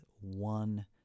one